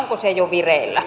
onko se jo vireillä